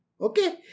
Okay